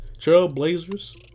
Trailblazers